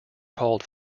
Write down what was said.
called